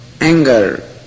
anger